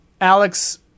alex